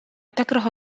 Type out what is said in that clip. تكره